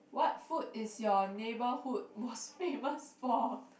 what food is your neighbourhood most famous for